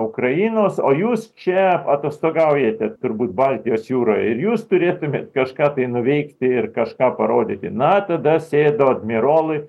ukrainos o jūs čia atostogaujate turbūt baltijos jūra ir jūs turėtumėt kažką tai nuveikti ir kažką parodyti na tada sėdo admirolai